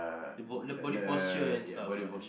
the bo~ body posture and stuff lah you know